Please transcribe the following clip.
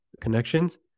Connections